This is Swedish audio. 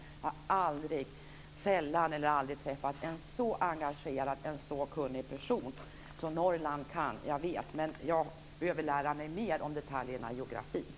Jag har sällan eller aldrig träffat en så engagerad och kunnig person. Norrland kan, jag vet. Men jag behöver lära mig mer om detaljerna i geografin.